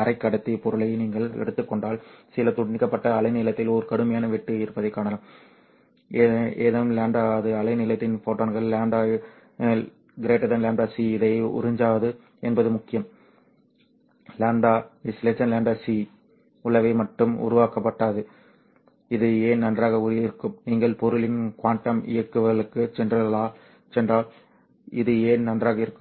அரைக்கடத்தி பொருளை நீங்கள் எடுத்துக் கொண்டால் சில துண்டிக்கப்பட்ட அலைநீளத்தில் ஒரு கடுமையான வெட்டு இருப்பதைக் காணலாம் anyc ஏதேனும் λ அது அலைநீளத்தின் ஃபோட்டான்கள் λ λc இதை உறிஞ்சாது என்பது முக்கியம் observed λc உள்ளவை மட்டும் உள்வாங்கப்படாது இது ஏன் நன்றாக இருக்கும் நீங்கள் பொருளின் குவாண்டம் இயக்கவியலுக்குச் சென்றால் இது ஏன் நன்றாக இருக்கும்